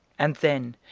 and then,